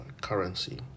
currency